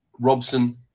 Robson